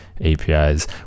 apis